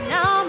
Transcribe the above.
Now